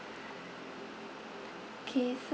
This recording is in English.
okay